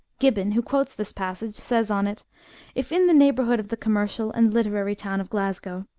gihhon who quotes this passage says on it if in the neighbourhood of the commercial and literary town of glasgow,